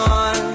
on